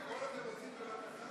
הכול אתם עושים בבת-אחת?